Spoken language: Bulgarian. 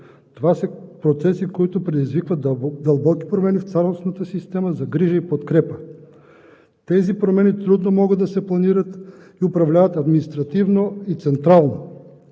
Това са процеси, които предизвикват дълбоки промени в цялостната система за грижа и подкрепа. Тези промени трудно могат да се планират и управляват административно и централно.